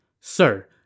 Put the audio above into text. Sir